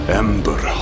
ember